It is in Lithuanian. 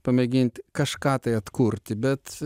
pamėginti kažką tai atkurti bet